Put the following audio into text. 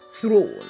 throne